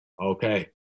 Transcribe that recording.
okay